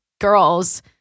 girls